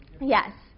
Yes